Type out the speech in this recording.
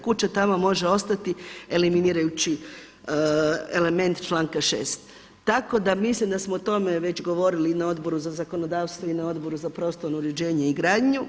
Kuća tamo može ostati eliminirajući element članka 6. Tako da mislim da smo o tome već govorili i na Odboru za zakonodavstvo i na Odboru za prostorno uređenje i gradnju.